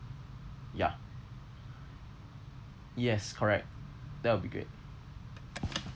ya yes correct that would be great